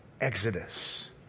Exodus